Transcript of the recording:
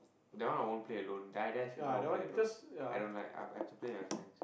that one I won't play alone die die FIFA I won't play alone I don't like I I have to play with my friends